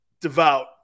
devout